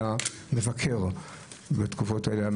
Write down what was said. היה מבקר הגיחון בתקופות האלה,